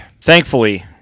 Thankfully